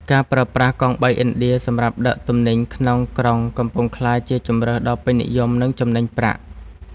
ការប្រើប្រាស់កង់បីឥណ្ឌាសម្រាប់ដឹកទំនិញក្នុងក្រុងកំពុងក្លាយជាជម្រើសដ៏ពេញនិយម និងចំណេញប្រាក់។